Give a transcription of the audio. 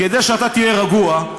כדי שאתה תהיה רגוע,